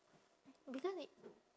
because it